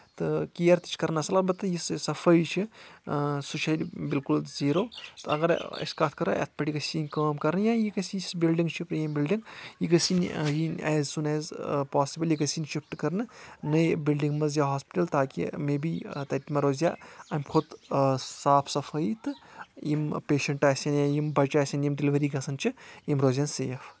تہٕ کِیر تہِ چھِ کَرَان اَصٕل آب تہٕ یُس صفٲیہِ چھِ سُہ چھِ بلکل زیٖرو تہٕ اگر أسۍ کَتھ کَرو اتھ پؠٹھ گژھِ یِنۍ کٲم کَرنہٕ یا یہِ گژھِ یُس بِلڈِنٛگ چھِ پرٛیم بِلڈِنٛگ یہِ گٔژھنۍ یِن ایز سون ایز پاسِبٕل یہِ گژھِ یِنۍ شِفٹہٕ کرنہٕ نٔے بِلڈِنٛگ منٛز یا ہاسپِٹَل تاکہِ مے بی تَ تہِ ما روزیا اَمہِ کھۄتہٕ صاف صفٲی تہٕ یِم پیشَنٹ آسن یا یِم بَچہِ آسن یِم ڈیلِؤری گژھان چھِ یِم روزن سیف